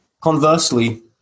conversely